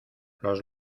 los